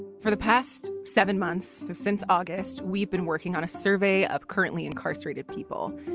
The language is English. for the past seven months since august, we've been working on a survey of currently incarcerated people